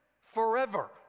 forever